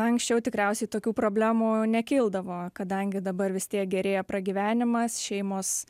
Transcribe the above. anksčiau tikriausiai tokių problemų nekildavo kadangi dabar vis tiek gerėja pragyvenimas šeimos